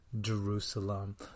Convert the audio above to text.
Jerusalem